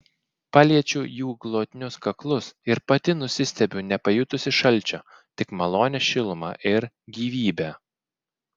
paliečiu jų glotnius kaklus ir pati nusistebiu nepajutusi šalčio tik malonią šilumą ir gyvybę